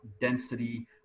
density